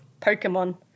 Pokemon